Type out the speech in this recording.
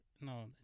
No